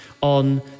on